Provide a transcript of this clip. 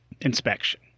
inspection